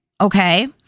okay